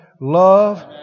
Love